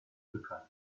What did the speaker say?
bekannt